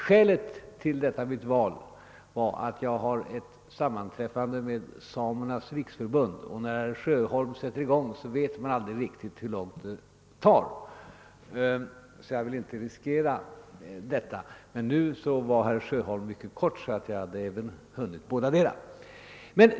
Skälet till att jag valde att ta ordet före herr Sjöholm var att jag har ett sammanträffande med representanter för Samernas riksförbund. När herr Sjöholm sätter i gång vet man aldrig riktigt hur lång tid det tar, så jag ville inte riskera att bli försenad. Nu var emellertid herr Sjöholm mycket kortfattad, och jag hade faktiskt hunnit vänta.